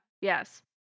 yes